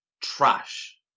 trash